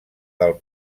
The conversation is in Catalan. del